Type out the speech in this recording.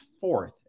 fourth